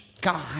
God